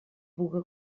puga